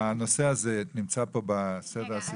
הנושא הזה נמצא פה בסדר הסעיפים.